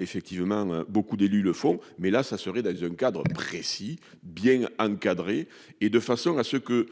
effectivement, beaucoup d'élus le font mais là ça serait dans un cadre précis bien encadré et de façon à ce que